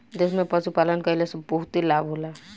देश में पशुपालन कईला से बहुते लाभ होला